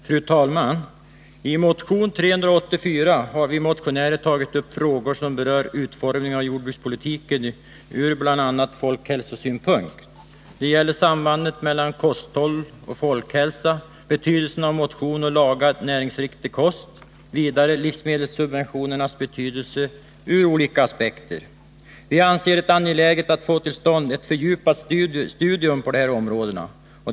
Fru talman! I motion 384 har vi motionärer tagit upp frågor som berör utformningen av jordbrukspolitiken ur bl.a. folkhälsosynpunkt. Det gäller sambandet mellan kosthåll och folkhälsa, betydelsen av motion och lagad näringsriktig kost. Vidare tas livsmedelssubventionernas betydelse upp ur olika aspekter. Vi anser det angeläget att få till stånd ett fördjupat studium på de här områdena.